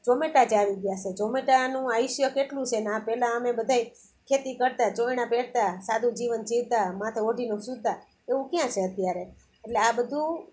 ઝોમેટા જ આવી ગયાં ઠે ઝોમેટોનું આયુષ્ય કેટલું છે ને આ પહેલાં અમે બધાય ખેતી કરતાં ચોયણાં પહેરતાં સાદું જીવન જીવતાં માથે ઓઢીને સૂતાં એવું ક્યાં છે અત્યારે એટલે આ બધુ